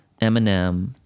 Eminem